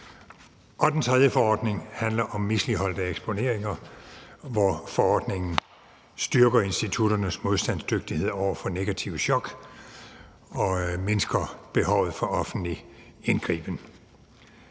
den tredje forordning handler om misligholdte eksponeringer, hvor forordningen styrker institutternes modstandsdygtighed over for negative chok og mindsker behovet for offentlig indgriben.